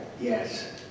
Yes